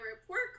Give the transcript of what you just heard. report